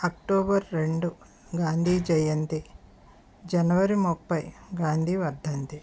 October రెండు గాంధీ జయంతి జనవరి ముఫై గాంధీ వర్ధంతి